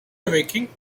awakening